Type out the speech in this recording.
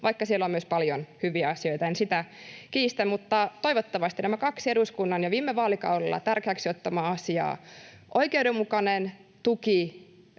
vaikka siellä on myös paljon hyviä asioita, en sitä kiistä. Toivottavasti nämä kaksi eduskunnan jo viime vaalikaudella tärkeäksi ottamaa asiaa toteutusivat: oikeudenmukainen tuki